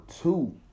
two